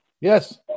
yes